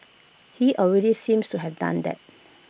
he already seems to have done that